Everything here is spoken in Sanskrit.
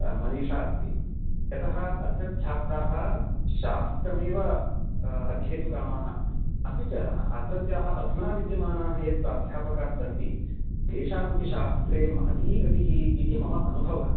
मनीषा अस्ति यतः अत्र छात्राः शास्त्रमेव अध्येतुकामाः अपि च अत्रत्याः अधुना विद्यमानाः ये प्राध्यापकाः सन्ति तेषामपि शास्त्रे महती गतिः इति मम अनुभवः